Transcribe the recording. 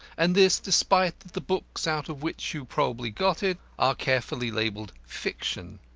and this despite that the books out of which you probably got it are carefully labelled fiction.